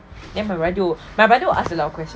then my brother my brother would ask a lot of question